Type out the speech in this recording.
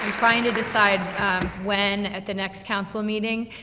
trying to decide when, at the next council meeting,